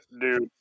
dude